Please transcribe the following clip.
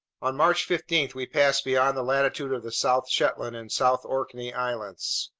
on march fifteen we passed beyond the latitude of the south shetland and south orkney islands.